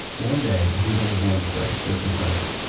one day, he was on his lunch break, with some friends.